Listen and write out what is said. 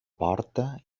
porta